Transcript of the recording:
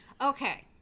okay